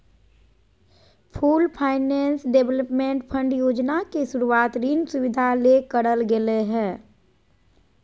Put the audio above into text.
pooled finance development fund योजना के शुरूवात ऋण सुविधा ले करल गेलय हें